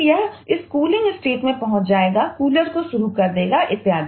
यह स्टेट में पहुंच जाएगा कूलर को शुरू कर देगा इत्यादि